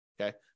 okay